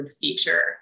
feature